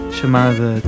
chamada